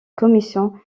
commission